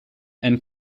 and